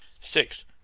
Six